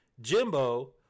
Jimbo